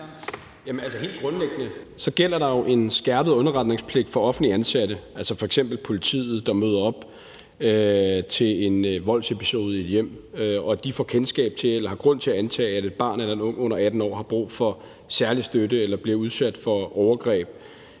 Helt grundlæggende gælder der en skærpet underretningspligt for offentligt ansatte, altså f.eks. politiet, der møder op til en voldsepisode i et hjem og får kendskab til eller har grund til at antage, at et barn eller en ung under 18 år har brug for særlig støtte eller bliver udsat for overgreb,